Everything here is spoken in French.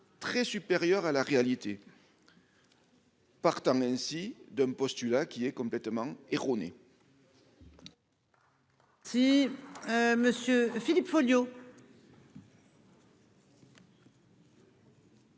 très supérieurs à la réalité. Partant ainsi d'un postulat qui est complètement erronée.